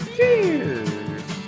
Cheers